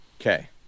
Okay